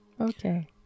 Okay